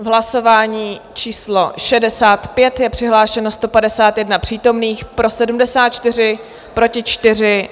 Hlasování číslo 65, je přihlášeno 151 přítomných, pro 74, proti 4.